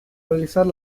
realizar